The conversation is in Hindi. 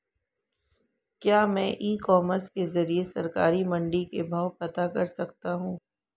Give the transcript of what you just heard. क्या मैं ई कॉमर्स के ज़रिए सरकारी मंडी के भाव पता कर सकता हूँ?